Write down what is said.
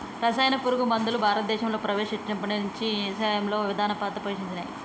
రసాయన పురుగు మందులు భారతదేశంలా ప్రవేశపెట్టినప్పటి నుంచి వ్యవసాయంలో ప్రధాన పాత్ర పోషించినయ్